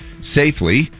safely